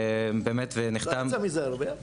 לא יצא מזה הרבה.